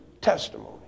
testimony